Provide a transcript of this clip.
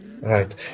Right